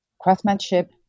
craftsmanship